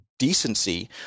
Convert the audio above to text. decency